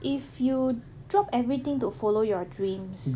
if you drop everything to follow your dreams